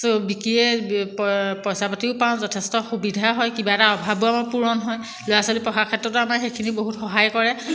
ছ' বিকিয়ে পইচা পাতিও পাওঁ যথেষ্ট সুবিধা হয় কিবা এটা অভাৱো আমাৰ পূৰণ হয় ল'ৰা ছোৱালী পঢ়াৰ ক্ষেত্ৰতো আমাৰ সেইখিনিয়ে বহুত সহায় কৰে